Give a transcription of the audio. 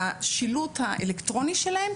בשילוט האלקטרוני שלהם,